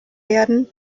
werden